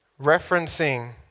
referencing